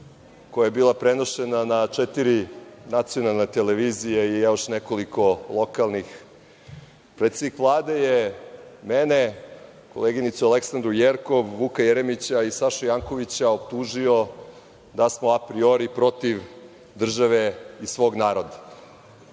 koja je bila prenošena na četiri nacionalne televizije i još nekoliko lokalnih, predsednik Vlade je mene, koleginicu Aleksandru Jerkov, Vuka Jeremića i Sašu Jankovića optužio da smo apriori protiv države i svog naroda.U